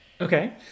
Okay